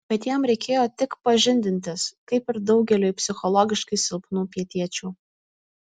bet jam reikėjo tik pažindintis kaip ir daugeliui psichologiškai silpnų pietiečių